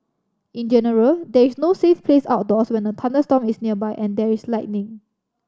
in general there is no safe place outdoors when a thunderstorm is nearby and there is lightning